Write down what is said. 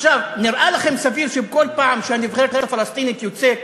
נראה לכם סביר שבכל פעם שהנבחרת הפלסטינית יוצאת,